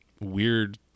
weird